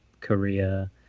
Korea